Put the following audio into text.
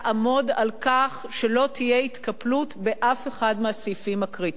לעמוד על כך שלא תהיה התקפלות בשום סעיף מהסעיפים הקריטיים.